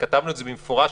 וכתבנו את זה במפורש,